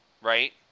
right